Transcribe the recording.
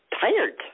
tired